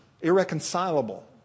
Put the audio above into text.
Irreconcilable